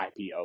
IPO